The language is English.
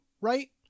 right